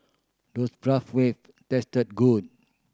does Bratwurst taste good